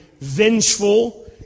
vengeful